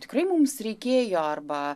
tikrai mums reikėjo arba